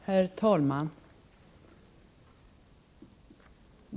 Herr talman!